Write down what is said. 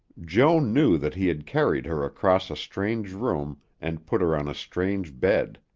joan knew that he had carried her across a strange room and put her on a strange bed.